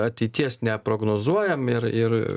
ateities neprognozuojam ir ir